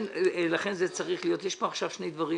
יש כאן שני דברים